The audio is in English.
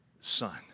son